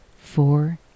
four